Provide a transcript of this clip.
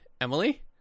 Emily